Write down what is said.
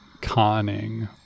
conning